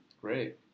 Great